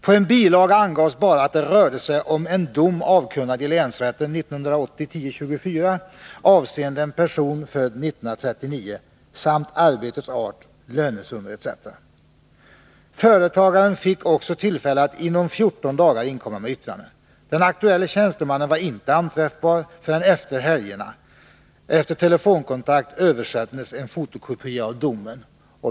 På en bilaga angavs bara att det rörde sig om en dom avkunnad av länsrätten den 24 oktober 1980 avseende en person född 1939 samt arbetets art, lönesummor etc. Företagaren fick också tillfälle att inom 14 dagar inkomma med yttrande. Den aktuella tjänstemannen var inte anträffbar förrän efter helgerna. Efter telefonkontakt översändes en fotokopia av domen.